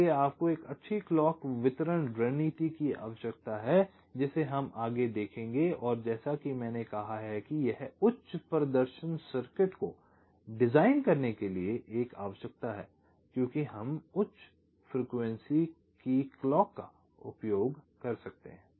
इसलिए आपको एक अच्छी क्लॉक वितरण रणनीति की आवश्यकता है जिसे हम आगे देखेंगे और जैसा कि मैंने कहा है कि यह उच्च प्रदर्शन सर्किट को डिजाइन करने के लिए एक आवश्यकता है क्योंकि हम उच्च फ्रीक्वेंसी की क्लॉक का उपयोग कर सकते हैं